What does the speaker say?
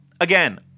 again